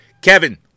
Kevin